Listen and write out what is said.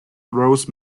rose